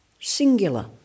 singular